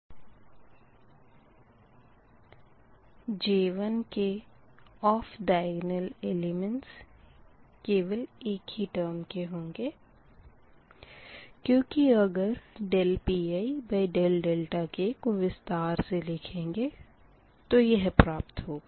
J1 के off diagonal elements केवल एक ही टर्म के होंगे क्यूँकि अगर dPidk को विस्तार से लिखेंगे तो यह प्राप्त होगा